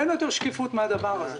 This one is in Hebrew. אין יותר שקיפות מן הדבר הזה.